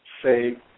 say